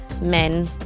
men